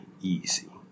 easy